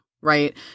right